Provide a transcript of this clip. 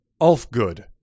Ulfgood